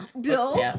Bill